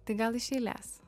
tai gal iš eilės